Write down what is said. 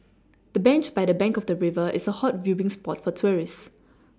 the bench by the bank of the river is a hot viewing spot for tourists